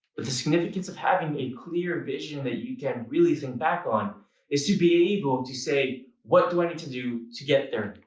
but the significance of having a clear vision that you can really think back on is to be able to say, what do i need to do to get there?